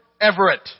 Everett